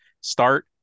start